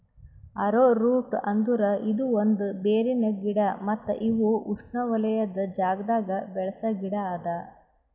arrowroot ಅಂದುರ್ ಇದು ಒಂದ್ ಬೇರಿನ ಗಿಡ ಮತ್ತ ಇವು ಉಷ್ಣೆವಲಯದ್ ಜಾಗದಾಗ್ ಬೆಳಸ ಗಿಡ ಅದಾ